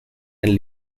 and